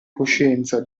coscienza